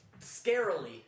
scarily